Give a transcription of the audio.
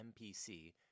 MPC